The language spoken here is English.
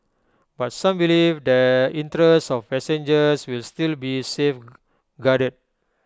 but some believe the interests of passengers will still be safeguarded